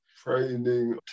training